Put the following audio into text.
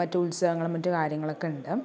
മറ്റ് ഉത്സവങ്ങളും മറ്റ് കാര്യങ്ങളൊക്കെ ഉണ്ട്